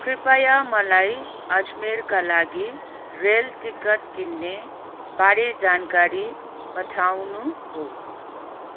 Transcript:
कृपया मलाई अजमेरका लागि रेल टिकट किन्ने बारे जानकारी पठाउनुहोस्